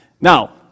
Now